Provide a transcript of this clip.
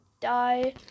die